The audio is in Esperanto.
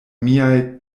miaj